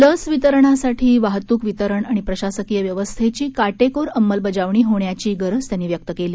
लस वितरणासाठी वाहतूक वितरण आणि प्रशासकीय व्यवस्थेची काटेकोर अंमलबजावणी होण्याची गरज त्यांनी व्यक्त केली